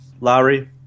Lowry